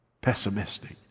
Pessimistic